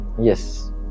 Yes